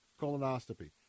colonoscopy